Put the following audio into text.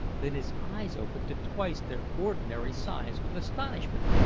than his eyes opened to twice their ordinary size with astonishment,